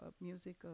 music